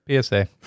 PSA